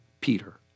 Peter